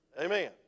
Amen